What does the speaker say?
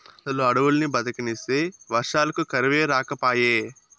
అసలు అడవుల్ని బతకనిస్తే వర్షాలకు కరువే రాకపాయే